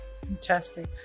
Fantastic